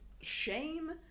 shame